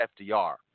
FDR